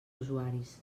usuaris